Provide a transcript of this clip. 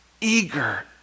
eager